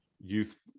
youth